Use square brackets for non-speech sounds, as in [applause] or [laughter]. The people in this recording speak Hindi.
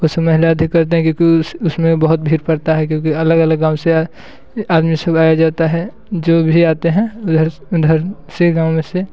उसे महिला अधिक करते हैं क्योंकि उसमें बहुत भीड़ पड़ता है क्योंकि अलग अलग गाँव से आए आदमी [unintelligible] जाता है जो भी आते है उधर से उधर से गाँव में से